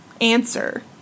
answer